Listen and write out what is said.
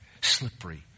Slippery